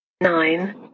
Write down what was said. Nine